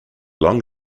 long